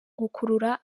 gukurura